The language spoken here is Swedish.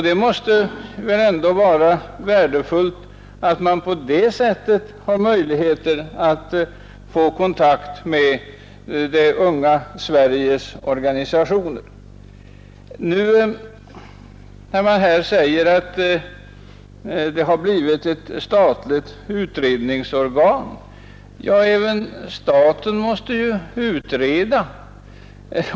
Det måste väl ändå vara värdefullt att man på det sättet har möjligheter att få kontakt med det unga Sveriges organisationer. Nu säger man här att ungdomsrådet har blivit ett statligt utredningsorgan. Ja, även staten måste ju utreda.